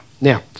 Now